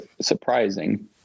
surprising